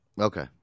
Okay